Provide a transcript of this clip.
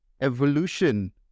evolution